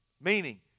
Meaning